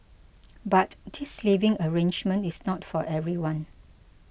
but this living arrangement is not for everyone